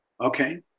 okay